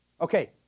Okay